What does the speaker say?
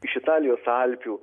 iš italijos alpių